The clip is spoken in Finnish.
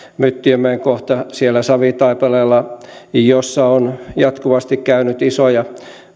myttiömäen kohta siellä savitaipaleella jossa on jatkuvasti käynyt isoja